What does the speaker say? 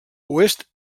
oest